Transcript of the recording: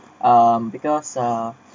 um because uh